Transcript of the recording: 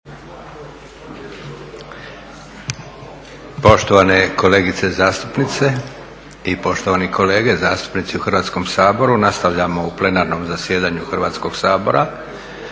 Poštovane kolegice zastupnice i poštovani kolege zastupnici u Hrvatskom saboru, nastavljamo u plenarnom zasjedanju Hrvatskog sabora